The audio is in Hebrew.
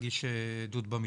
לא יודעים להגיש עדות במשטרה,